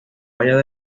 bayas